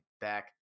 back